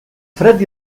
fred